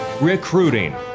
recruiting